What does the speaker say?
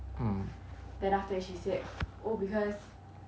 mm